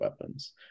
weapons